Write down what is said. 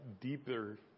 deeper